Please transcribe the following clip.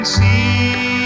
see